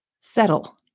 settle